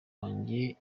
wanjye